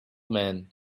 man